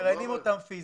מראיינים אותם פיזית.